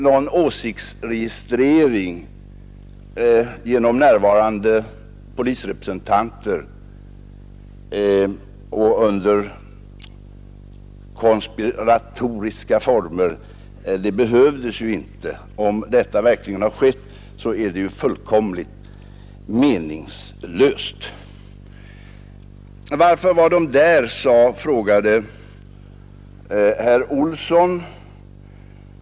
Någon åsiktsregistrering genom närvarande polisrepresentanter och under konspiratoriska former behövdes ju inte. Om detta verkligen har skett, är det fullkomligt meningslöst. Varför var de där? frågade herr Olsson i Kil.